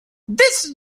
this